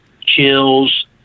chills